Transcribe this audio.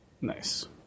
Nice